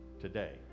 today